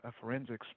forensics